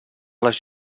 les